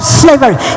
slavery